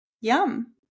Yum